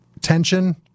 tension